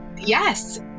yes